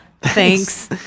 Thanks